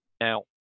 Now